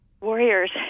warriors